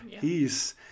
peace